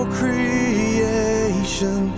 creation